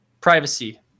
Privacy